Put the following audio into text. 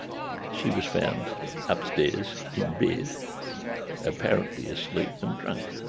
she was found upstairs in bed apparently asleep and drunk